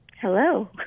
Hello